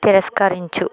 తిరస్కరించు